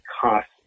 cost